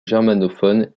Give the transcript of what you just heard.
germanophones